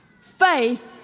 faith